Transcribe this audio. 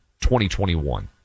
2021